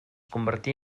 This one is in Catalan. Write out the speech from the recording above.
convertí